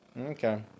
Okay